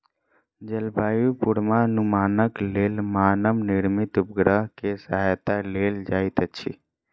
जलवायु पूर्वानुमानक लेल मानव निर्मित उपग्रह के सहायता लेल जाइत अछि